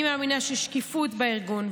אני מאמינה ששקיפות בארגון,